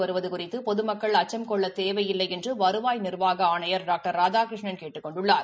வருவது குறித்து பொதுமக்கள் அச்சம் கொள்ளத் தேவையில்லை என்று வருவாய் நிர்வாக ஆணையர் டாக்டர் ராதாகிருஷ்ணன் கேட்டுக் கொண்டுள்ளார்